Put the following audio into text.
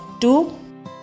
two